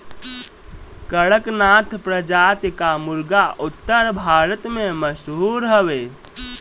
कड़कनाथ प्रजाति कअ मुर्गा उत्तर भारत में मशहूर हवे